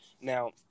now